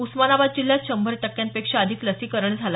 उस्मानाबाद जिल्ह्यांत शंभर टक्क्यांपेक्षा अधिक लसीकरण झालं